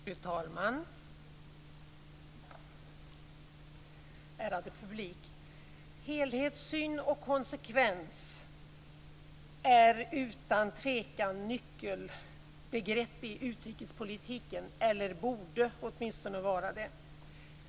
Fru talman! Ärade publik! Helhetssyn och konsekvens är utan tvekan nyckelbegrepp i utrikespolitiken, eller borde åtminstone vara det.